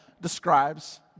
describes